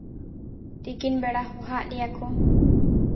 ᱛᱤᱠᱤᱱ ᱵᱮᱲᱟ ᱦᱚᱦᱚᱣᱟᱜ ᱞᱮᱭᱟᱠᱚ